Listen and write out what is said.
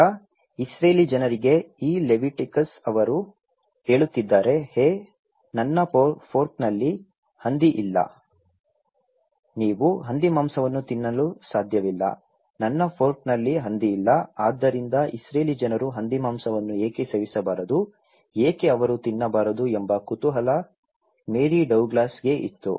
ಈಗ ಇಸ್ರೇಲಿ ಜನರಿಗೆ ಈ ಲೆವಿಟಿಕಸ್ ಅವರು ಹೇಳುತ್ತಿದ್ದಾರೆ ಹೇ ನನ್ನ ಫೋರ್ಕ್ನಲ್ಲಿ ಹಂದಿ ಇಲ್ಲ ನೀವು ಹಂದಿಮಾಂಸವನ್ನು ತಿನ್ನಲು ಸಾಧ್ಯವಿಲ್ಲ ನನ್ನ ಫೋರ್ಕ್ನಲ್ಲಿ ಹಂದಿ ಇಲ್ಲ ಆದ್ದರಿಂದ ಇಸ್ರೇಲಿ ಜನರು ಹಂದಿಮಾಂಸವನ್ನು ಏಕೆ ಸೇವಿಸಬಾರದು ಏಕೆ ಅವರು ತಿನ್ನಬಾರದು ಎಂಬ ಕುತೂಹಲ ಮೇರಿ ಡಗ್ಲಾಸ್ಗೆ ಇತ್ತು